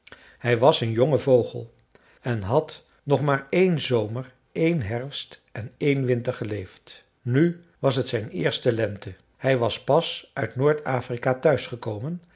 hij was een jonge vogel en had nog maar één zomer één herfst en één winter geleefd nu was het zijn eerste lente hij was pas uit noord-afrika thuis gekomen